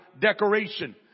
decoration